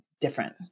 different